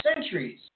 centuries